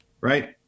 right